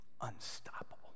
Unstoppable